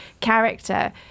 character